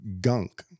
gunk